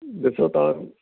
ॾिसो तव्हां